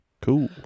Cool